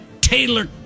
Taylor